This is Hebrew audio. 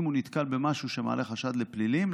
אם הוא נתקל במשהו שמעלה חשד לפלילים,